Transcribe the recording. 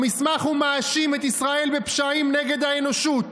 במסמך הוא מאשים את ישראל בפשעים נגד האנושות,